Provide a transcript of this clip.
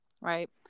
right